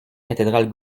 cathédrale